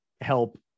help